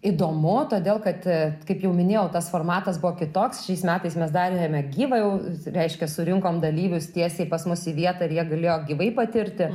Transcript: įdomu todėl kad kaip jau minėjau tas formatas buvo kitoks šiais metais mes darėme gyvą jau reiškia surinkom dalyvius tiesiai pas mus į vietą ir jie galėjo gyvai patirti